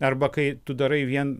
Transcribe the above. arba kai tu darai vien